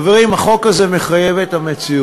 חברים, החוק הזה מחויב המציאות.